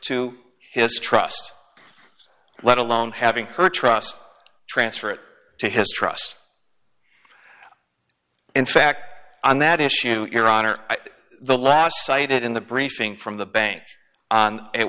to his trust let alone having her trust transferred to his trust in fact on that issue your honor the last cited in the briefing from the bank on it